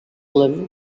level